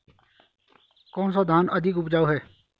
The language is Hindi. कौन सा धान अधिक उपजाऊ है?